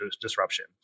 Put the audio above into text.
disruption